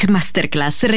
Masterclass